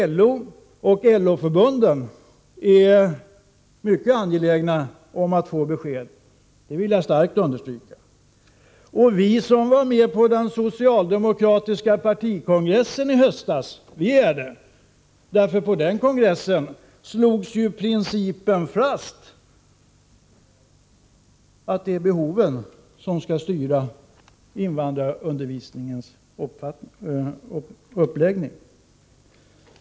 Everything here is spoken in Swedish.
LO och LO-förbunden är mycket angelägna om att få ett besked — det vill jag starkt understryka. Och vi som var med på den socialdemokratiska partikongressen i höstas är det också. På denna kongress slogs nämligen principen att det är behovet som skall styra invandrarundervisningens uppläggning fast.